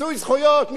מיצוי זכויות,